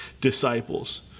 disciples